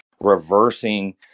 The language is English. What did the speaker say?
reversing